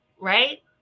right